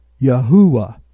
Yahuwah